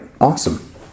Awesome